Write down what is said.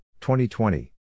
2020